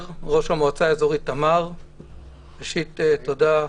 ראשית, תודה,